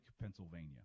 Pennsylvania